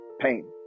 pain